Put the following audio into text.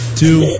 two